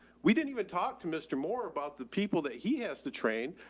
we didn't even talk to mr more about the people that he has to train,